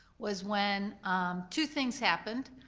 was when two things happened